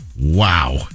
Wow